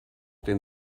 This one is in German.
den